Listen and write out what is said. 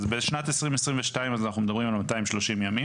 אז בשנת 2020 אז אנחנו מדברים על 230 ימים,